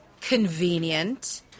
convenient